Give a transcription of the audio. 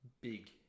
big